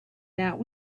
that